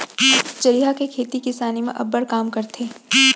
चरिहा के खेती किसानी म अब्बड़ काम रथे